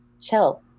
chill